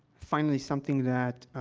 finally, something that,